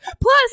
Plus